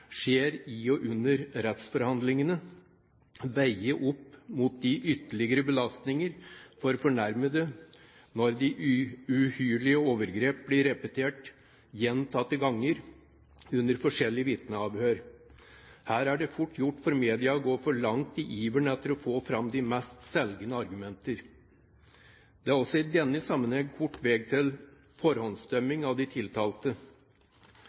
skjer under rettsforhandlingene, veid opp mot de ytterligere belastninger for fornærmede når uhyrlige overgrep blir repetert gjentatte ganger under forskjellige vitneavhør. Her er det fort gjort for media å gå for langt i iveren etter å få fram de mest selgende argumenter. Det er også i denne sammenheng kort vei til forhåndsdømming av de tiltalte.